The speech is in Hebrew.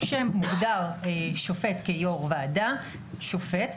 כאשר מוגדר שופט כיושב ראש ועדה שופט,